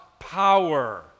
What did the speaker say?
power